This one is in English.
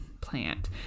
plant